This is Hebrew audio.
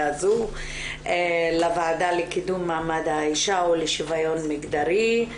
הזו לוועדה לקידום מעמד האשה ולשוויון מגדרי.